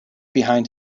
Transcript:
behind